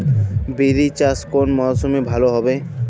বিরি চাষ কোন মরশুমে ভালো হবে?